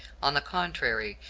on the contrary,